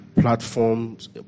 platforms